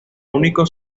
único